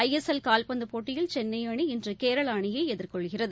ஐ S L கால்பந்து போட்டியில் சென்னை அணி இன்று கேரள அணியை எதிர்கொள்கிறது